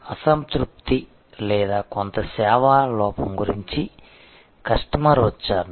అసంతృప్తి లేదా కొంత సేవా లోపం గురించి కస్టమర్ ఉచ్చారణ